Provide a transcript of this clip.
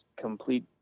complete